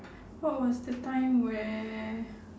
what was the time where